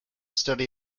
study